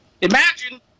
Imagine